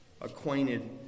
acquainted